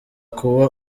kuba